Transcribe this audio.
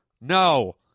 no